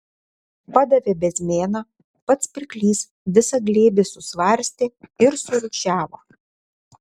padavė bezmėną pats pirklys visą glėbį susvarstė ir surūšiavo